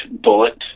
bullet